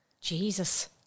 Jesus